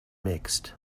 mixed